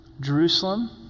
Jerusalem